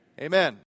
amen